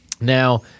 Now